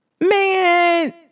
Man